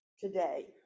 today